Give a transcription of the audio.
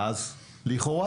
ואז לכאורה,